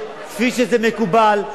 כפי שזה מקובל,